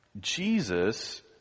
Jesus